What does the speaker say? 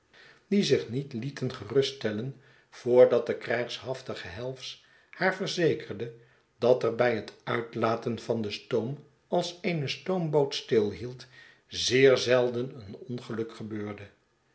die zich niet lieten geruststellen voordat de krijgshaftige helves haar verzekerde dat er bij het uitlaten van den stoom als eene stoomboot stilhield zeer zelden een ongeluk gebeurde